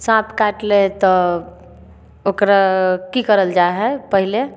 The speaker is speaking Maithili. साँप काटि लै है तऽ ओकरा की करल जाय है पहिले